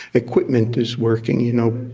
equipment is working. you know,